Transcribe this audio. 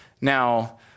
Now